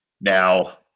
Now